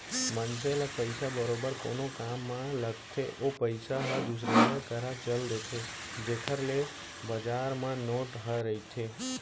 मनसे ल पइसा बरोबर कोनो काम म लगथे ओ पइसा ह दुसरइया करा चल देथे जेखर ले बजार म नोट ह रहिथे